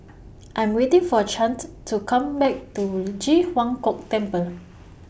I Am waiting For Chante to Come Back to Ji Huang Kok Temple